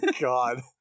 God